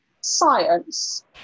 science